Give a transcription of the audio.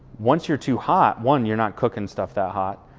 once you're too hot one, you're not cooking stuff that hot,